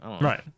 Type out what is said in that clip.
Right